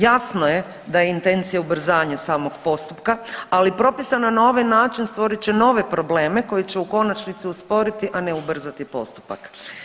Jasno je da je intencija ubrzanje samog postupka, ali propisano na ovaj način stvorit će nove problem koji će u konačnici usporiti, a ne ubrzati postupak.